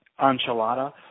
enchilada